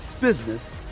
business